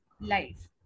life